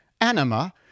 Anima